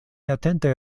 atente